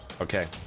Okay